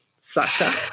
Sasha